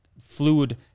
fluid